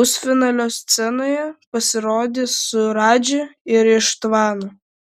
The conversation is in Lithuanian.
pusfinalio scenoje pasirodys su radži ir ištvanu